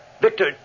Victor